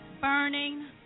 burning